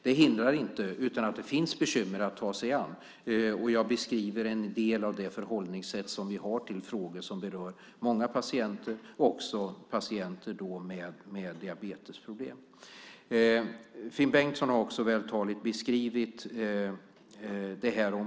Det hindrar inte att det finns bekymmer att ta sig an, och jag beskriver en del av de förhållningssätt som vi har till frågor som berör många patienter, också patienter med diabetesproblem.